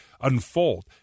unfold